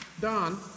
Don